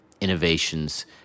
innovations